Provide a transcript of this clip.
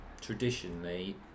traditionally